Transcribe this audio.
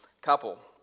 couple